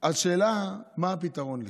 השאלה: מה הפתרון לכך?